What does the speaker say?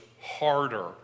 harder